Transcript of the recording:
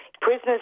prisoners